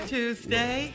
Tuesday